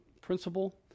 principle